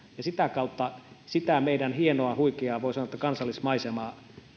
ja sitä kautta sitä meidän hienoa huikeaa voi sanoa kansallismaisemaa